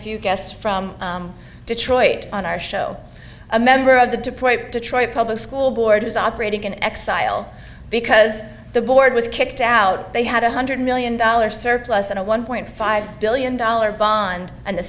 few guests from detroit on our show a member of the detroit public school board is operating in exile because the board was kicked out they had one hundred million dollars surplus and a one point five billion dollars bond and the